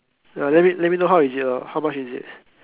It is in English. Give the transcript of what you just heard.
ya let me let me know how is it lor how much is it